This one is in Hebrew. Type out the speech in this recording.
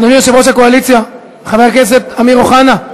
אדוני יושב-ראש הקואליציה, חבר הכנסת אמיר אוחנה,